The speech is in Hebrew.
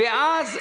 -- ואז,